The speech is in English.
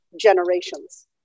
generations